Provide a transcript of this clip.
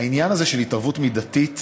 העניין הזה של התערבות מידתית,